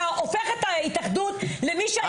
אתה הופך את ההתאחדות מי שהיתה אחראית על